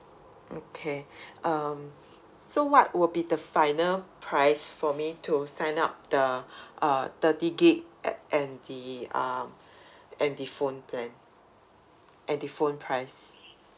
okay um so what will be the final price for me to sign up the uh thirty gigabyte a~ and the um and the phone plan and the phone price